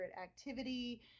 activity